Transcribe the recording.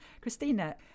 Christina